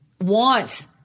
want